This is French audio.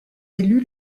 élu